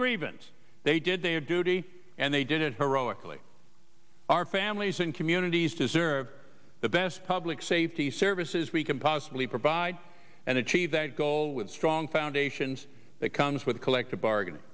grievance they did their duty and they did it heroically our families and communities deserve the best public safety services we can possibly provide and achieve that goal with strong foundations that comes with a collective bargain